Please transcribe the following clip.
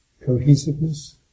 cohesiveness